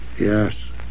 Yes